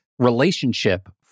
relationship